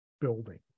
building